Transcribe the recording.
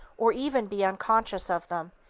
or even be unconscious of them,